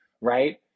Right